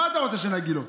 מה אתה רוצה שנגיד לו?